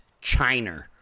China